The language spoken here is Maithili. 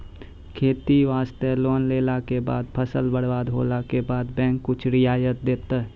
खेती वास्ते लोन लेला के बाद फसल बर्बाद होला के बाद बैंक कुछ रियायत देतै?